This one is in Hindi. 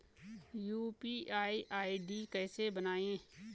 यु.पी.आई आई.डी कैसे बनायें?